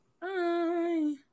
Bye